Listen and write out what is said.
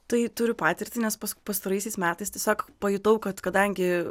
tai turiu patirtį nes pastaraisiais metais tiesiog pajutau kad kadangi